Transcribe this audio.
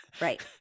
Right